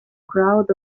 crowd